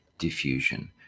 diffusion